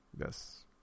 Yes